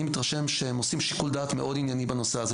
אני מתרשם שהם עושים שיקול דעת מאוד ענייני בנושא הזה,